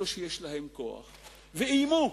אלו שיש להן כוח, ואיימו,